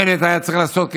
מה בנט היה צריך לעשות,